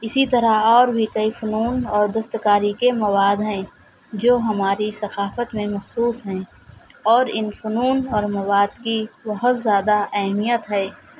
اسی طرح اور بھی کئی فنون اور دست کاری کے مواد ہیں جو ہماری ثقافت میں مخصوص ہیں اور ان فنون اور مواد کی بہت زیادہ اہمیت ہے